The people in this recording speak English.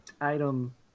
item